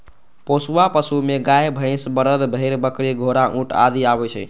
पोसुआ पशु मे गाय, भैंस, बरद, भेड़, बकरी, घोड़ा, ऊंट आदि आबै छै